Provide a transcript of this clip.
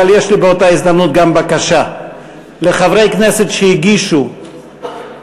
אבל יש לי באותה הזדמנות גם בקשה לחברי הכנסת שהגישו הצעות